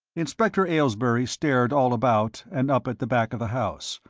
inspector aylesbury stared all about and up at the back of the house,